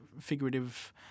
figurative